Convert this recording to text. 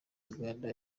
uganda